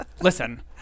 listen